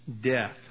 death